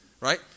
right